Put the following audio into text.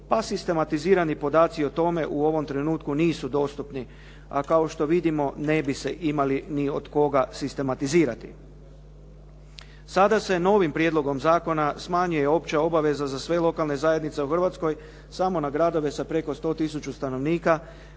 pa sistematizirani podaci o tome u ovom trenutku nisu dostupni, a kao što vidimo ne bi se imali ni od koga sistematizirati. Sada se novim prijedlogom zakona smanjuje opća obaveza za sve lokalne zajednice u Hrvatskoj samo na gradove sa preko 100 tisuća stanovnika